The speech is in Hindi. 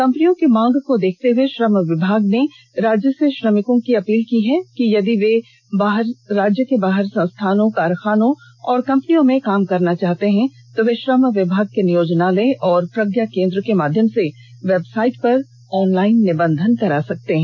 कंपनियों की मांग को देखते हुए श्रम विभाग ने राज्य के श्रमिकों से अपील की है कि यदि वे राज्य के बाहर संस्थानों कारखानों और कंपनियों में काम करना चाहते हैं तो वे श्रम विभाग के नियोजनालय और प्रज्ञा केंद्र के माध्यम से वेबसाइट पर ऑनलाइन निबंधन करा सकते हैं